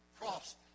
cross